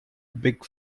big